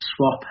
swap